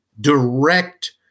direct